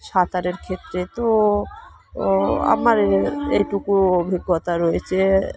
সাঁতারের ক্ষেত্রে তো ও আমার এইটুকু অভিজ্ঞতা রয়েছে